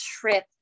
trip